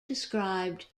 described